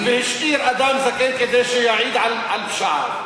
והשאיר אדם זקן כדי שיעיד על פשעיו.